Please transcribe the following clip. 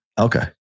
Okay